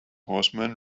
horseman